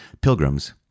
pilgrims